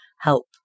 help